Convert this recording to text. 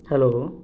hello